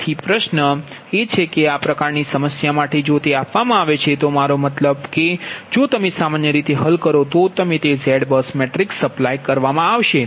તેથી પ્રશ્ન એ છે કે આ પ્રકારની સમસ્યા માટે જો તે આપવામાં આવે છે તો મારો મતલબ કે જો તમે સામાન્ય રીતે હલ કરો તો અમે તે Z બસ મેટ્રિક્સ સપ્લાય કરીએ છીએ